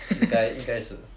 应该应该是